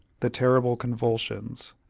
the terrible convulsions,